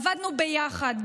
עבדנו ביחד,